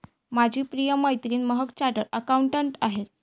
माझी प्रिय मैत्रीण महक चार्टर्ड अकाउंटंट आहे